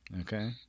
Okay